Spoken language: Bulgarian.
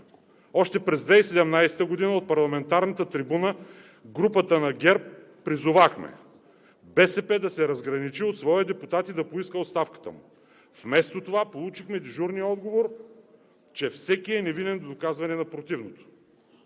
Още през 2017 г. от парламентарната трибуна групата на ГЕРБ призовахме БСП да се разграничи от своя депутат и да поиска оставката му. Вместо това получихме дежурния отговор, че всеки е невинен до доказване на противното.